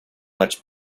much